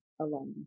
Alone